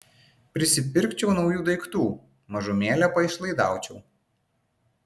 prisipirkčiau naujų daiktų mažumėlę paišlaidaučiau